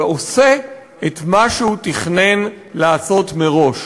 ועושה את מה שהוא תכנן לעשות מראש,